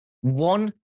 One